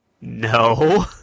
No